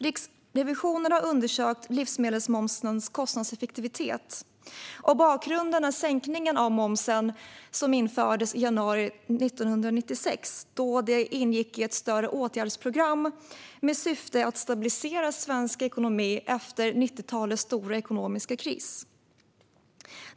Riksrevisionen har undersökt livsmedelsmomsens kostnadseffektivitet, och bakgrunden är sänkningen av momsen som gjordes i januari 1996. Den ingick i ett större åtgärdsprogram med syfte att stabilisera svensk ekonomi efter 1990-talets stora ekonomiska kris.